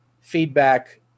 feedback